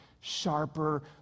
sharper